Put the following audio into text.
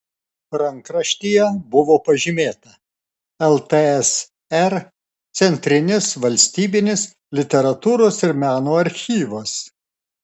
rankraštyje buvo pažymėta ltsr centrinis valstybinis literatūros ir meno archyvas